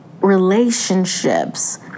relationships